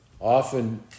often